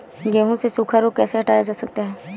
गेहूँ से सूखा रोग कैसे हटाया जा सकता है?